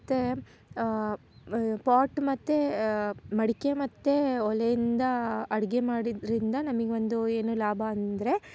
ಮತ್ತು ಮ ಪಾಟ್ ಮತ್ತು ಮಡಿಕೆ ಮತ್ತು ಒಲೆಯಿಂದ ಅಡುಗೆ ಮಾಡಿದರಿಂದ ನಮಗ್ ಒಂದು ಏನು ಲಾಭ ಅಂದರೆ